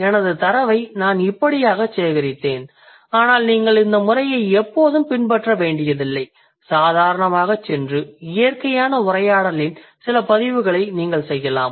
எனது தரவை நான் இப்படியாக சேகரித்தேன் ஆனால் நீங்கள் இந்த முறையை எப்போதும் பின்பற்ற வேண்டியதில்லை சாதாரணமாகச் சென்று இயற்கையான உரையாடலின் சில பதிவுகளை நீங்கள் செய்யலாம்